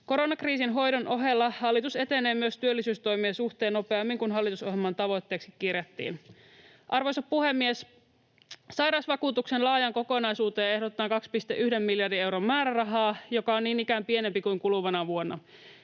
Koronakriisin hoidon ohella hallitus etenee myös työllisyystoimien suhteen nopeammin kuin hallitusohjelman tavoitteeksi kirjattiin. Arvoisa puhemies! Sairausvakuutuksen laajaan kokonaisuuteen ehdotetaan 2,1 miljardin euron määrärahaa, joka on niin ikään pienempi kuin kuluvana vuonna.